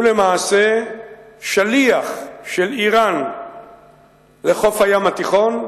הוא למעשה שליח של אירן לחוף הים התיכון,